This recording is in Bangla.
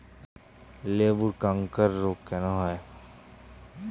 লেবুর ক্যাংকার রোগ কেন হয়?